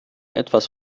etwas